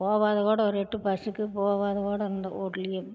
போவாம கூட ஒரு எட்டு பஸ்ஸுக்கு போவாம கூட இருந்துடுவோம் வீட்டுலயே